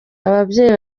ababyeyi